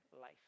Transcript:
life